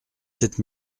sept